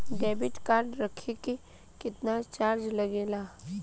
Debit card रखे के केतना चार्ज लगेला?